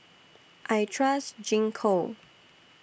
I Trust Gingko